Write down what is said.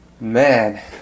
man